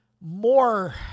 more